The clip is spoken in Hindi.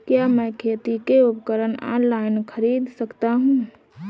क्या मैं खेती के उपकरण ऑनलाइन खरीद सकता हूँ?